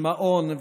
מעון,